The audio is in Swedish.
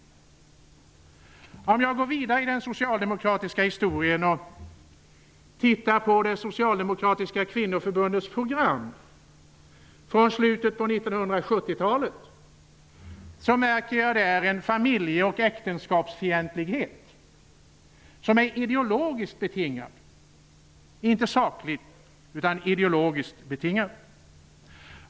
Om jag går vidare i den socialdemokratiska historien och tittar på det socialdemokratiska kvinnoförbundets program från slutet av 1970 talet, märker jag en familje och äktenskapsfientlighet som är ideologiskt betingad. Den är inte sakligt utan idologiskt betingad.